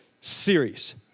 series